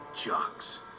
jocks